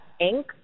inc